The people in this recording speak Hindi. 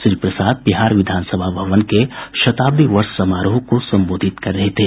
श्री प्रसाद बिहार विधानसभा भवन के शताब्दी वर्ष समारोह को संबोधित कर रहे थे